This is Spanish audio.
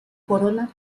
corona